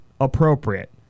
appropriate